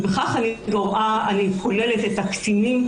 ובכך אני כוללת את הקטינים,